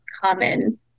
common